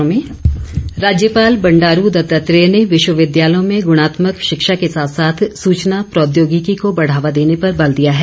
राज्यपाल राज्यपाल बंडारू दत्तात्रेय ने विश्वविद्यालयों में गुणात्मक शिक्षा के साथ साथ सूचना प्रौद्योगिकी को बढ़ावा देने पर बल दिया है